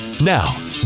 Now